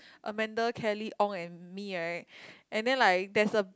Amanda Kelly ong and Me right and then like there's a